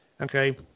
Okay